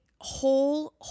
whole